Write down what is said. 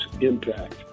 impact